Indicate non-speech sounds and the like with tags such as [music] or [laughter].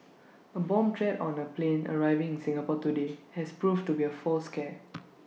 A bomb threat on A plane arriving in Singapore today [noise] has proved to be A false scare [noise]